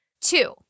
Two